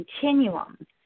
continuum